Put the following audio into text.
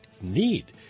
need